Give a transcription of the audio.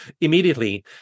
immediately